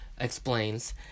explains